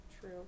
True